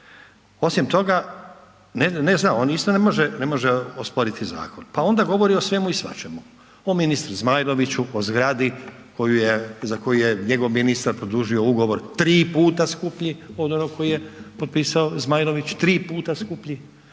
osim toga ne zna, on isto ne može osporiti zakon pa onda govori o svemu i svačemu, o ministru Zmajloviću, o zgradi za koju je njegov ministar produžio ugovor tri puta skuplji od onog koji je potpisao Zmajlović, tri puta skuplji,